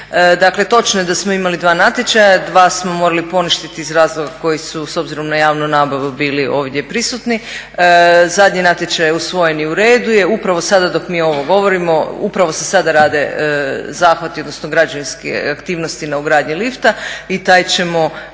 Dakle točno je da smo imali dva natječaja, dva smo morali poništiti iz razloga koji su s obzirom na javnu nabavu bili ovdje prisutni. Zadnji natječaj je usvojen i u redu je. Upravo sada dok mi ovo govorimo, upravo se sada rade zahvati odnosno građevinske aktivnosti na ugradnji lifta i taj ćemo,